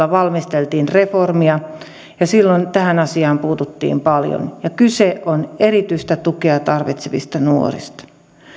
kaudella valmisteltiin reformia ja silloin tähän asiaan puututtiin paljon kyse on erityistä tukea tarvitsevista nuorista